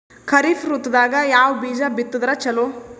ಖರೀಫ್ ಋತದಾಗ ಯಾವ ಬೀಜ ಬಿತ್ತದರ ಚಲೋ?